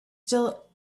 still